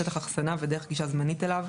שטח אחסנה ודרך גישה זמנית אליו,